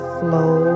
flow